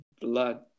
blood